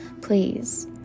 Please